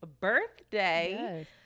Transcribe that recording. birthday